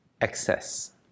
excess